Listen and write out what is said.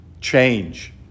change